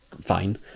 fine